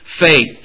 faith